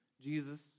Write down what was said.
Jesus